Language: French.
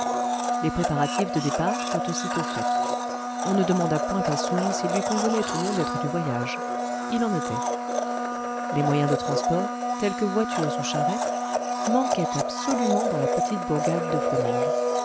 les préparatifs de départ furent aussitôt faits on ne demanda point à soun s'il lui convenait ou non d'être du voyage il en était les moyens de transport tels que voitures ou charrettes manquaient absolument dans la petite bourgade de fou ning